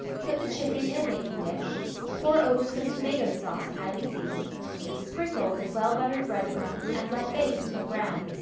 put the chicken in a baking-dish pour over some tomato-sauce highly seasoned sprinkle with well-buttered bread-crumbs and let bake until brown.